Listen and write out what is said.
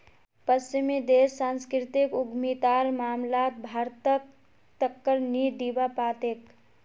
पश्चिमी देश सांस्कृतिक उद्यमितार मामलात भारतक टक्कर नी दीबा पा तेक